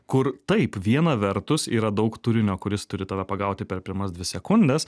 kur taip viena vertus yra daug turinio kuris turi tave pagauti per pirmas dvi sekundes